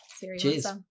cheers